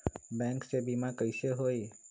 Bank से बिमा कईसे होई?